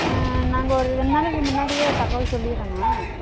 நாங்கள் ஒரு ரெண்டு நாளைக்கு முன்னாடியே தகவல் சொல்லிடறோங்க